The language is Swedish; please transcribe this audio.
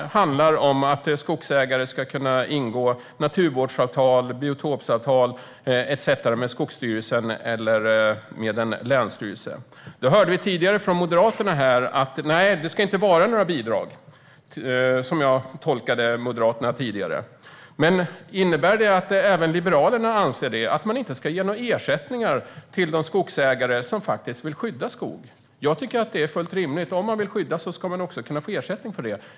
Det handlar om att skogsägare ska kunna ingå naturvårdsavtal, biotopavtal etcetera med Skogsstyrelsen eller en länsstyrelse. Tidigare hörde vi från Moderaterna att det inte ska vara några bidrag. Så tolkade jag det i alla fall. Innebär det att även Liberalerna anser att man inte ska ge någon ersättning till de skogsägare som vill skydda skog? Det är fullt rimligt att man ska kunna få ersättning om man vill skydda skog.